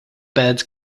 beds